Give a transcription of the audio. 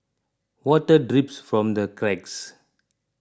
water drips from the cracks